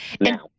Now